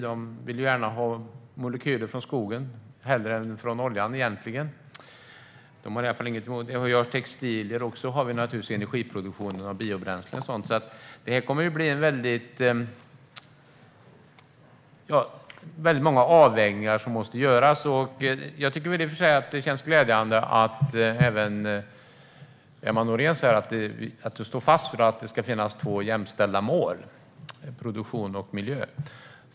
De vill gärna ha molekyler från skogen - hellre än från oljan egentligen. Det finns textilier och naturligtvis energiproduktionen av biobränsle och sådant. Det blir därför många avvägningar som måste göras. Jag tycker i och för sig att det känns glädjande att även Emma Nohrén säger att hon står fast vid att det ska finnas två jämställda mål - produktion och miljö.